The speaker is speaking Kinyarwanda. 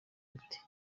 ite